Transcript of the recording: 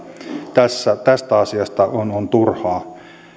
tästä asiasta on turhaa